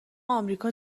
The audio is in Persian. امریکا